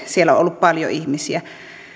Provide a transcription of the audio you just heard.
siellä on ollut paljon ihmisiä